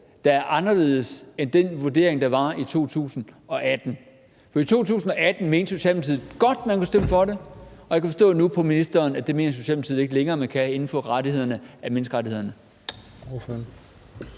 der er anderledes end den vurdering, der var i 2018? For i 2018 mente Socialdemokratiet godt, man kunne stemme for det, og jeg kan forstå på ministeren nu, at det mener Socialdemokratiet ikke længere man kan inden for rammerne af menneskerettighederne.